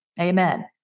Amen